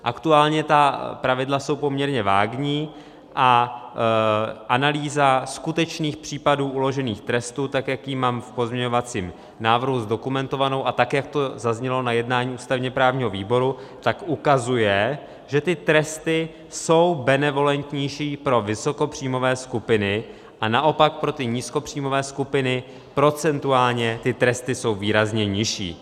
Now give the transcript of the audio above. Aktuálně jsou ta pravidla poměrně vágní a analýza skutečných případů uložených trestů, tak jak ji mám v pozměňovacím návrhu zdokumentovanou a jak zaznělo jednání ústavněprávního výboru, ukazuje, že ty tresty jsou benevolentnější pro vysokopříjmové skupiny a naopak pro ty nízkopříjmové skupiny procentuálně ty tresty jsou výrazně nižší.